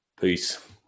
peace